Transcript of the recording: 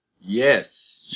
Yes